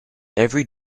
every